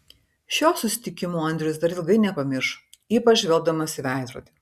šio susitikimo andrius dar ilgai nepamirš ypač žvelgdamas į veidrodį